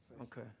Okay